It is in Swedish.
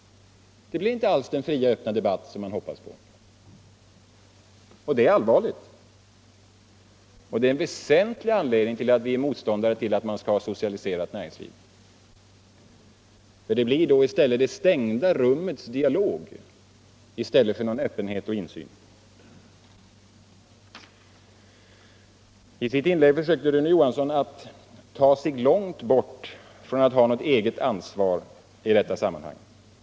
Det blir inte alls den fria och öppna debatt som man hoppas på. Det är allvarligt och en väsentlig anledning till att vi är motståndare till ett socialiserat näringsliv. I stället för öppenhet och insyn blir det då fråga om det stängda rummets dialog. I sitt inlägg försökte Rune Johansson ta sig långt bort från att ha något eget ansvar i detta sammanhang.